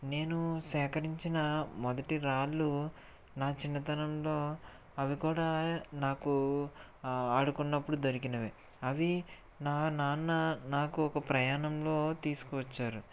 నేను సేకరించిన మొదటి రాళ్ళు నా చిన్నతనంలో అవి కూడా నాకు ఆడుకున్నప్పుడు దొరికినవే అవి నా నాన్న నాకు ఒక ప్రయాణంలో తీసుకువచ్చారు